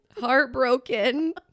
heartbroken